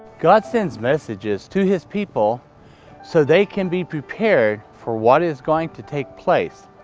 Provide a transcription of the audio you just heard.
god sends messages to his people so they can be prepared for what is going to take place.